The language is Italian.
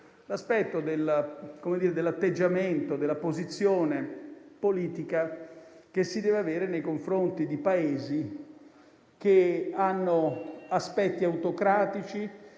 il tema dell'atteggiamento e della posizione politica che si deve avere nei confronti di Paesi che presentano aspetti autocratici